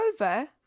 over